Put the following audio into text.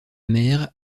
mère